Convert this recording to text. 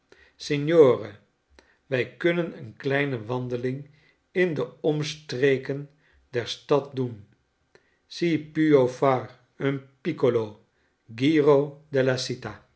signore wij kunnen eene kleine wandeling in de omstreken der stad doen si pub far un piccolo giro